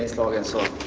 go and so